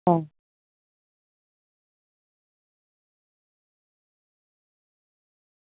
आं